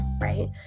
right